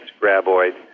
graboid